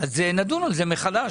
נדון על זה מחדש.